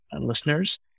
listeners